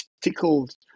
tickled